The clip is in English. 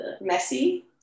messy